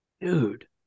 Dude